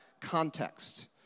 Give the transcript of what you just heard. context